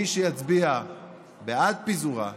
מי שיצביע בעד פיזורה,